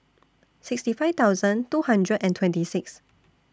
sixty five thousand two hundred and twenty six